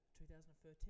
2013